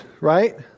right